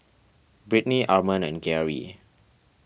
Britny Arman and Geary